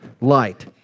light